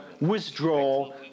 withdraw